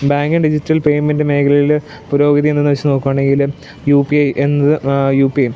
banking digital payment മേഖലയിൽ പുരോഗതി എന്തെന്നു വച്ചു നോക്കുകയാണെങ്കിൽ യു പി ഐ എന്നത് യു പി ഐ